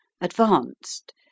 advanced